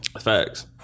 Facts